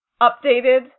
updated